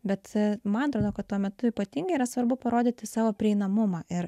bet man atrodo kad tuo metu ypatingai yra svarbu parodyti savo prieinamumą ir